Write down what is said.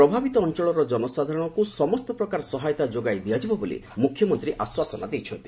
ପ୍ରଭାବିତ ଅଞ୍ଚଳର ଜନସାଧାରଣଙ୍କ ସମସ୍ତ ପ୍ରକାର ସହାୟତା ଯୋଗାଇ ଦିଆଯିବ ବୋଲି ମୁଖ୍ୟମନ୍ତ୍ରୀ ଆଶ୍ୱାସନା ଦେଇଛନ୍ତି